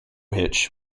hitch